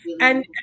And-